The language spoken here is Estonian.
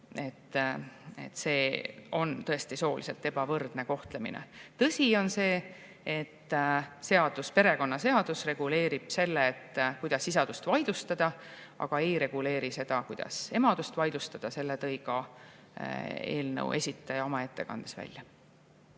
on tõesti sooliselt ebavõrdne kohtlemine. Tõsi on see, et perekonnaseadus reguleerib seda, kuidas isadust vaidlustada, aga ei reguleeri seda, kuidas emadust vaidlustada. Selle tõi ka eelnõu esitaja oma ettekandes välja.